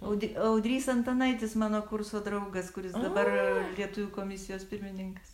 audi audrys antanaitis mano kurso draugas kuris dabar lietuvių komisijos pirmininkas